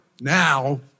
now